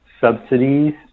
subsidies